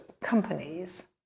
companies